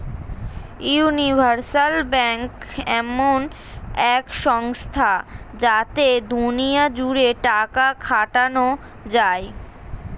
universal bank এমন এক সংস্থা যাতে দুনিয়া জুড়ে টাকা খাটানো যায়